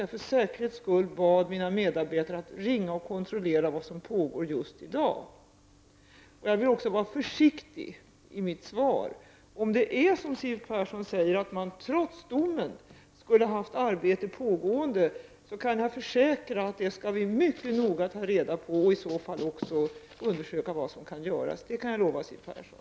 Jag bad nämligen för säkerhets skull mina medarbetare att ringa och kontrollera vad som pågår just i dag. Jag vill också vara försiktig i mitt svar. Om det är som Siw Persson säger, att arbete trots domen skulle ha pågått, så kan jag försäkra att vi mycket noga skall undersöka detta och se vad som kan göras. Det kan jag lova Siw Persson.